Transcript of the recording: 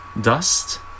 dust